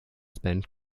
spend